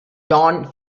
don